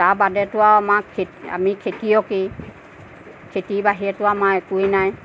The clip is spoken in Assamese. তাৰ বাদেতো আৰু আমাক খেতি আমি খেতিয়কেই খেতিৰ বাহিৰেটো আমাৰ একোৱেই নাই